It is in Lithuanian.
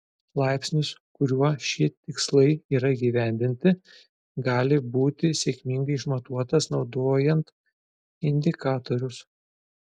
laipsnis kuriuo šie tikslai yra įgyvendinti gali būti sėkmingai išmatuotas naudojant indikatorius